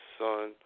son